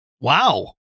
Wow